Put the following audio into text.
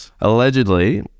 allegedly